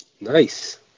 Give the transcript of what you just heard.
Nice